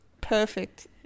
perfect